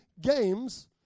games